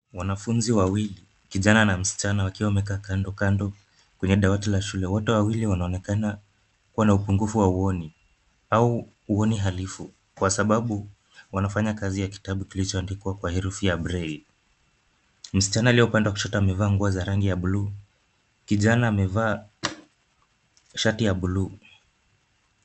Wanafunzi wawili kijana na mschana wamekaa kando kando kwenye dawati la shule. Wote wawili wanaonekana kuwa na upunguvu wa uoni, au uoni halifu, kwa sababu wanafanya kazi ya kitabu kilichioandikwa kwa breille. Msichana aliye upande wa kushoto amevalia ngua za rangi ya bluu kijana amevaa shati ya bluu.